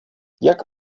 jak